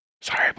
Sorry